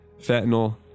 fentanyl